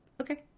Okay